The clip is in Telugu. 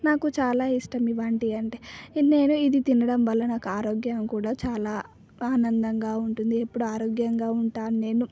నాకు చాలా ఇష్టం ఇలాంటివి అంటే నేను ఇది తినడం వల్ల నాకు ఆరోగ్యం కూడా చాలా ఆనందంగా ఉంటుంది ఎప్పుడు ఆరోగ్యంగా ఉంటాను నేను